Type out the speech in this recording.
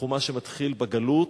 החומש שמתחיל בגלות